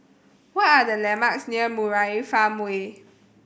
what are the landmarks near Murai Farmway